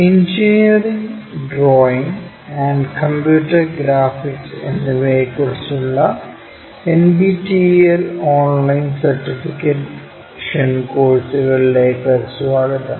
engineering drawing and computer graphics എന്നിവയെക്കുറിച്ചുള്ള NPTEL online certification കോഴ്സുകളിലേക്ക് സ്വാഗതം